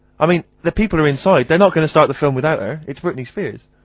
i mean, the people are inside. they're not gonna start the film without her. it's britney spears.